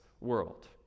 world